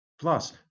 Plus